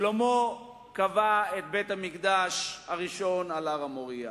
שלמה קבע את בית-המקדש הראשון על הר-המוריה.